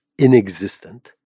inexistent